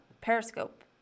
Periscope